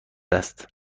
است